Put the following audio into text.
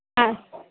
ആ